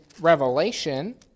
Revelation